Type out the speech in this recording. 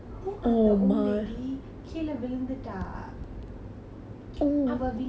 அவள் விழுந்து:aval vilunthu her elbow landed on my ankle